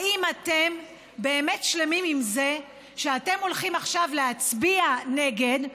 האם אתם באמת שלמים עם זה שאתם הולכים עכשיו להצביע נגד,